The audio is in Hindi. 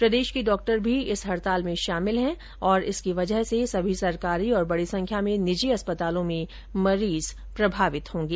प्रदेश के डॉक्टर भी इस हड़ताल में शामिल हैं और इसकी वजह से सभी सरकारी और बड़ी संख्या में निजी अस्पतालों में मरीज प्रभावित होंगे